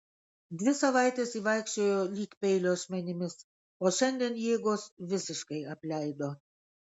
dvi savaites ji vaikščiojo lyg peilio ašmenimis o šiandien jėgos visiškai apleido